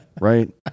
right